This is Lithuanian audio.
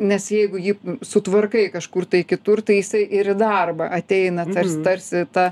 nes jeigu jį sutvarkai kažkur tai kitur tai jisai ir į darbą ateina tarsi tarsi ta